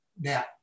now